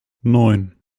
neun